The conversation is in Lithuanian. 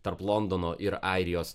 tarp londono ir airijos